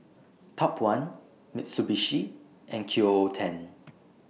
Top one Mitsubishi and Q O O ten